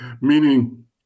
meaning